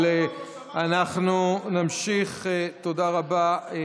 עליי אף אחד לא שמע --- תודה רבה.